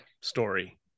story